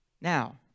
Now